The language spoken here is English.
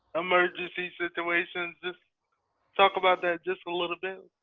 emergency situation, just talk about that just a little bit.